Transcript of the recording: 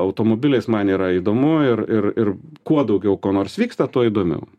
automobiliais man yra įdomu ir ir ir kuo daugiau ko nors vyksta tuo įdomiau